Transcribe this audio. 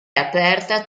aperta